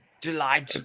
July